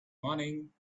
morning